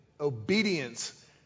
obedience